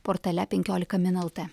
portale penkiolika min lt